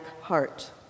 heart